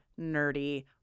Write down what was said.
nerdy